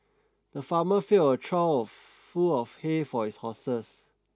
the farmer filled a trough full of hay for his horses